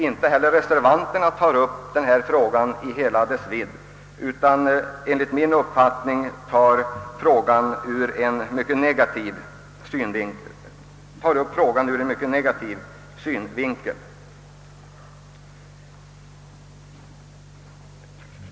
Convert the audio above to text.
Inte heller reservanterna tar upp frågan i hela dess vidd, utan ser den, enligt min uppfattning, ur en mycket negativ och snäv synvinkel.